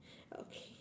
okay